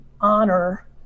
honor